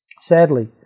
Sadly